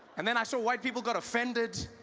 and then i saw white people got offended